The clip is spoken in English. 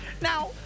Now